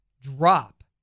drop